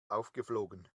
aufgeflogen